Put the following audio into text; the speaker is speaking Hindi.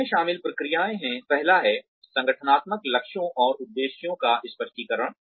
इसमें शामिल प्रक्रियाएं हैं पहला है संगठनात्मक लक्ष्यों और उद्देश्यों का स्पष्टीकरण